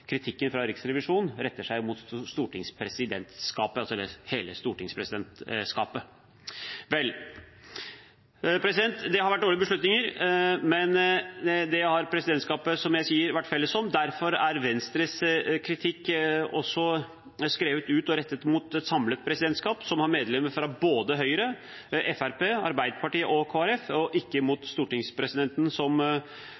kritikken fra Riksrevisjonen retter seg mot hele stortingspresidentskapet. Det har vært dårlige beslutninger, men det har presidentskapet, som jeg sier, vært felles om. Derfor er Venstres kritikk også rettet mot et samlet presidentskap, som har medlemmer fra både Høyre, Fremskrittspartiet, Arbeiderpartiet og Kristelig Folkeparti, og ikke mot